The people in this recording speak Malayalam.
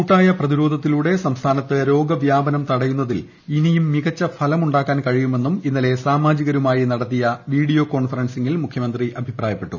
കൂട്ടായ പ്രതിരോധത്തിലൂടെ സംസ്ഥാനത്ത് രോഗവ്യാപനം തടയുന്നതിൽ ഇനിയും മികച്ച ഫലമുണ്ടാക്കാൻ കഴിയുമെന്നും ഇന്നലെ സാമാജികരുമായി നടത്തിയ വീഡിയോ കോൺഫറൻസിങ്ങിൽ മുഖ്യമന്ത്രി അഭിപ്രായപ്പെട്ടു